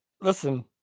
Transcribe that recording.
Listen